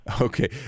Okay